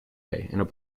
and